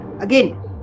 again